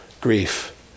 grief